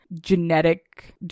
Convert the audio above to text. Genetic